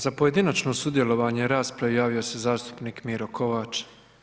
Za pojedinačno sudjelovanje u raspravi javio se zastupnik Miro Kovač.